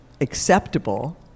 acceptable